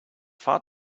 far